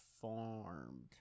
farmed